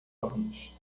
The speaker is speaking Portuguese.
anos